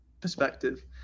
perspective